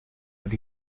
that